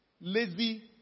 lazy